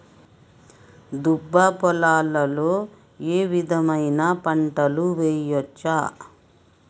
దుబ్బ పొలాల్లో ఏ విధమైన పంటలు వేయచ్చా?